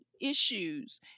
issues